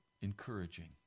encouraging